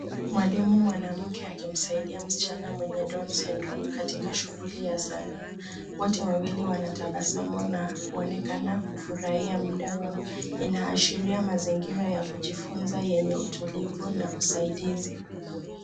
Mwalimu mwanamke akimsaidia msichana mwenye [s]down syndrome katika shughuli ya sanaa. Wote wawili wanatabasamu na kuonekana kufurahia muda wao. Inaashiria mazingira ya kujifunza yenye utulivu na usaidizi.